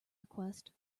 request